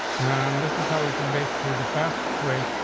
and this is how we can basically the fastest way.